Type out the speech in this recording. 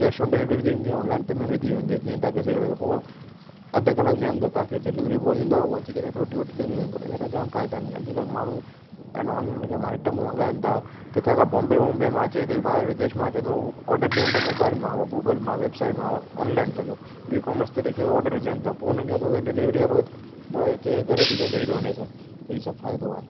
cash on delivery बि थींदी online payment थी वेंदी जीअं तव्हां खे सही लॻे पोइ अध कलाक जे अंदरि तव्हां खे डिलीवरी ब्वॉय ईंदो आहे उहो अची करे रोटी वोटी ॾई वेंदो आहे त यार जाम फ़ाइदा आहिनि अॼु कल्ह माण्हू आहिनि ऑनलाइन में छा आइटम मंगाइनि था किथां खां बॉम्बे वॉम्बे मां अचे थी ॿायर विदेश मां अचे थो हू ऑडर ॾियनि था मोबाइल मां ऐं गूगल मां वेबसाइट मां ऑनलाइन साॻियो ई कॉमर्स तरीक़े हू ऑडर विझनि था पोइ उन्हनि खे छा थो थिए डिलीवरीअ वारो ब्वॉय अची करे घर अची करे ॾई थो वञे सभु त हीअ सभु फ़ाइदो आहे